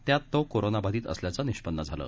त्यात तो कोरोना बाधित असल्याचं निष्पन्न झालं